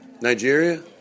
Nigeria